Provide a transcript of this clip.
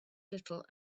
little